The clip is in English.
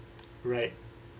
right